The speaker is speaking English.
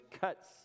cuts